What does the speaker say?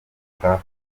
gutoroka